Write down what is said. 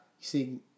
see